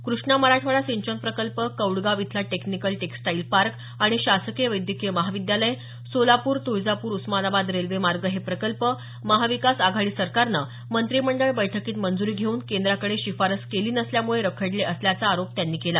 कृष्णा मराठवाडा सिंचन प्रकल्प कौडगाव इथला टेक्निकल टेक्सटाईल पार्क आणि शासकीय वैद्यकीय महाविद्यालय सोलापूर तुळजापूर उस्मानाबाद रेल्वे मार्ग हे प्रकल्प महाविकास आघाडी सरकारनं मंत्रिमंडळ बैठकीत मंज्री घेवून केंद्राकडे शिफारस केली नसल्यामुळे रखडले असल्याचा आरोप त्यांनी केला